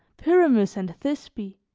pyramus and thisbe.